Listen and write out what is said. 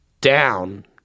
down